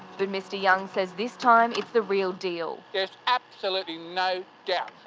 but mr young says this time it's the real deal. there's absolutely no yeah